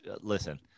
listen